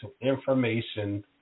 information